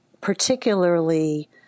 particularly